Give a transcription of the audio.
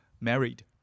married